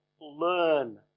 learn